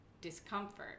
discomfort